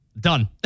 done